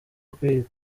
kwitwa